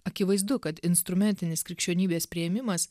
akivaizdu kad instrumentinis krikščionybės priėmimas